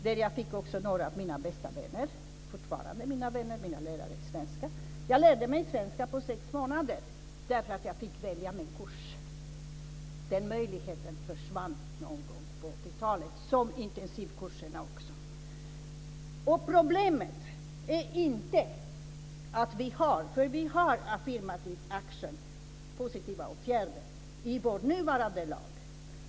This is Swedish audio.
Där fick jag också några av mina bästa vänner, som fortfarande är mina vänner, nämligen mina lärare i svenska. Jag lärde mig svenska på sex månader eftersom jag fick välja min kurs. Den möjligheten försvann någon gång på 80 talet. Det gjorde också intensivkurserna. Problemet är inte att vi har affirmative action, positiva åtgärder, i vår nuvarande lag.